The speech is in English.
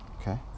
Okay